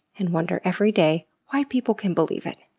and wonder every day why people can believe it.